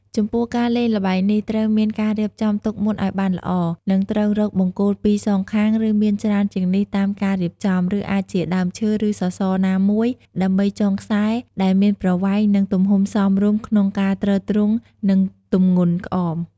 ចំពោះការលេងល្បែងនេះ ត្រូវមានការរៀបចំទុកមុនឱ្យបានល្អ និងត្រូវរកបង្គោល២សងខាងឬមានច្រើនជាងនេះតាមការរៀបចំ ឬអាចជាដើមឈើ ឬសសរណាមួយ ដើម្បីចងខ្សែដែលមានប្រវែង និងទំហំសមរម្យក្នុងការទ្រទ្រង់នឹងទម្ងន់ក្អម។